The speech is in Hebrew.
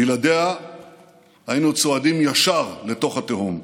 בלעדיה היינו צועדים ישר לתוך התהום.